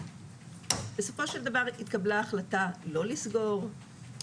בסופו של דבר התקבלה החלטה לא לסגור,